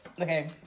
Okay